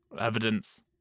evidence